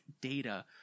data